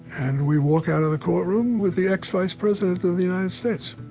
and we walk out of the courtroom with the ex-vice president of the united states.